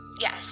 yes